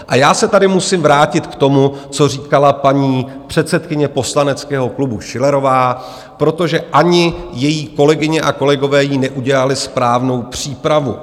A já se tady musím vrátit k tomu, co říkala paní předsedkyně poslaneckého klubu Schillerová, protože ani její kolegyně a kolegové jí neudělali správnou přípravu.